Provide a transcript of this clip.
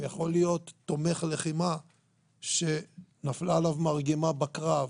ויכול להיות תומך לחימה שנפלה עליו מרגמה בקרב.